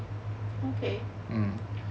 okay